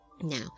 now